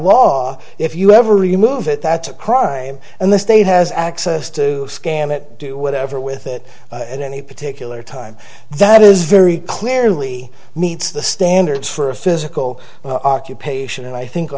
law if you ever remove it that's a crime and the state has access to scan it do whatever with it at any particular time that is very clearly meets the standards for a physical occupation and i think